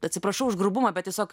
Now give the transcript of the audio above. atsiprašau už grubumą bet tiesiog